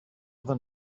than